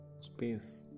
space